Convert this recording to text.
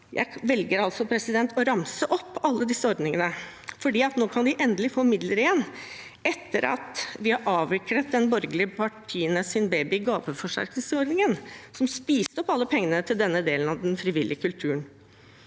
Jeg velger å ramse opp alle disse ordningene fordi de nå endelig kan få midler igjen, etter at vi har avviklet de borgerlige partienes baby, gaveforsterkningsordningen, som spiste opp alle pengene til denne delen av den frivillige kulturen.